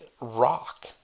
rock